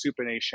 supination